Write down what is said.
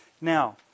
Now